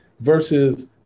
Versus